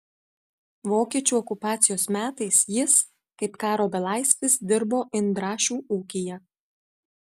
vokiečių okupacijos metais jis kaip karo belaisvis dirbo indrašių ūkyje